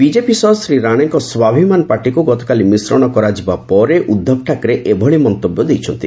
BJP ସହ ଶ୍ରୀ ରାଣେଙ୍କ ସ୍ୱାଭିମାନ ପାର୍ଟିକୁ ଗତକାଲି ମିଶ୍ରଣ କରାଯିବା ପରେ ଉଦ୍ଧବ ଠାକରେ ଏଭଳି ମନ୍ତବ୍ୟ ଦେଇଛନ୍ତି